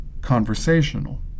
conversational